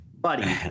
Buddy